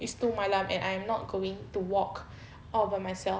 it's too malam and I'm not going to walk all by myself